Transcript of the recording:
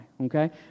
Okay